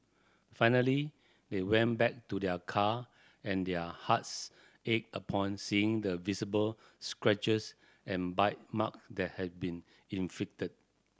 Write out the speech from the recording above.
finally they went back to their car and their hearts ached upon seeing the visible scratches and bite mark that had been inflicted